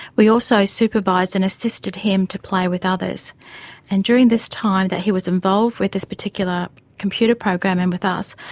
we also supervised and assisted him to play with others and during this time that he was involved with this particular computer program and with us,